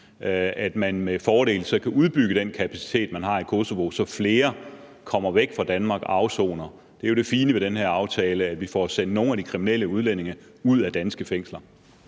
kriminelle bander – kan udbygge den kapacitet, man har i Kosovo, så flere kommer væk fra Danmark og afsoner? Det er jo det fine ved den her aftale, nemlig at vi får sendt nogle af de kriminelle udlændinge ud af de danske fængsler.